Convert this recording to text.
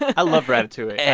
i loved ratatouille.